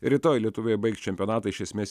rytoj lietuviai baigs čempionatą iš esmės